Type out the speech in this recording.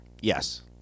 Yes